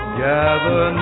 gather